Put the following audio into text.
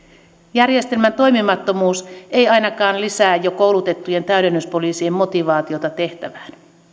järjestelmän toimimattomuus ei ainakaan lisää jo koulutettujen täydennyspoliisien motivaatiota tehtävään